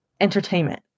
entertainment